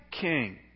King